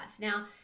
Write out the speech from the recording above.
Now